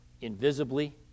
invisibly